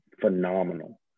phenomenal